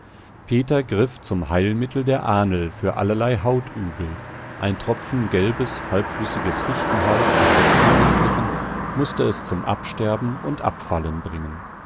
peter griff zum heilmittel der ahnl für allerlei hautübel ein tropfen gelbes halbflüssiges fichtenharz auf das tier gestrichen mußte es zum absterben und abfallen bringen